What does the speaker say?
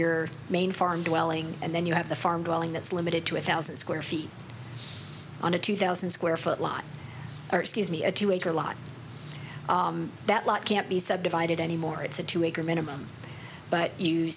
your main farm dwelling and then you have the farm dwelling that's limited to a thousand square feet on a two thousand square foot lot or excuse me a two acre lot that lot can't be subdivided anymore it's a two acre minimum but you